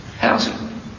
housing